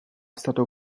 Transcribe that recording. stato